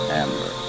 amber